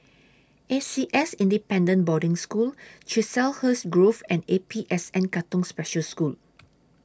A C S Independent Boarding School Chiselhurst Grove and A P S N Katong Special School